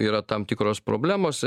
yra tam tikros problemos